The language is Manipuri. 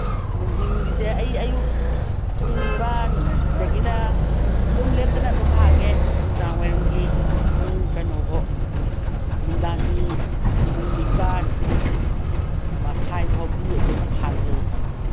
ꯅꯨꯡꯗꯤꯟꯒꯤꯁꯦ ꯑꯩ ꯑꯌꯨꯛ ꯄꯨꯡ ꯅꯤꯄꯥꯟꯗꯒꯤꯅ ꯑꯗꯨꯝ ꯂꯦꯞꯇꯅ ꯑꯗꯨꯝ ꯍꯥꯡꯉꯦ ꯅꯨꯡꯗꯥꯡꯋꯥꯏꯔꯝꯒꯤ ꯄꯨꯡ ꯀꯩꯅꯣꯕꯧ ꯅꯨꯡꯗꯥꯡꯒꯤ ꯄꯨꯡ ꯅꯤꯄꯥꯟ ꯃꯈꯥꯏ ꯐꯥꯎꯗꯤ ꯑꯗꯨꯝ ꯍꯥꯡꯖꯩ